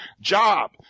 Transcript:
job